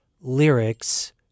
lyrics